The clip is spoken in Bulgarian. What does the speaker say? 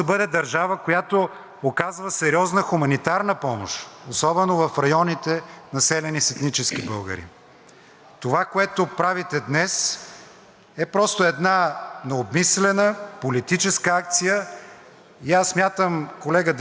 Това, което правите днес, е просто една необмислена политическа акция. Смятам, колега Дренчев, че този текст е непоправим, каквито и поправки да се правят по него, и трябва да бъде отхвърлен в неговата цялост.